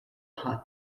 hun